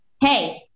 Hey